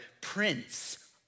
Prince